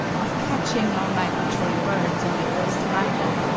of catching our migratory birds on their first arrival,